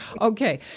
Okay